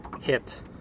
hit